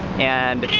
and,